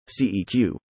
ceq